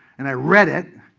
and i read it,